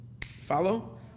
Follow